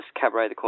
Cabaret